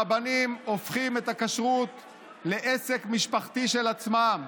שרבנים הופכים את הכשרות לעסק משפחתי של עצמם,